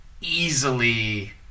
easily